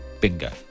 Bingo